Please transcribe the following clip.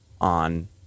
on